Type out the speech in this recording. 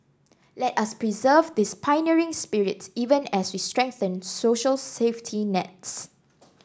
let us preserve this pioneering spirit even as we strengthen social safety nets